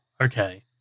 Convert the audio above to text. okay